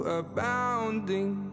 abounding